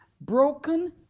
broken